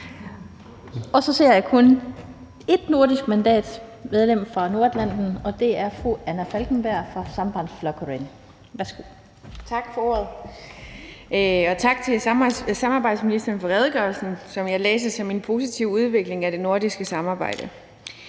Og så ser jeg kun et nordisk mandat, et medlem fra Nordatlanten, og det er fru Anna Falkenberg fra Sambandsflokkurin. Værsgo. Kl. 18:23 (Ordfører) Anna Falkenberg (SP): Tak for ordet. Og tak til samarbejdsministeren for redegørelsen, som jeg læser som en positiv udvikling af det nordiske samarbejde.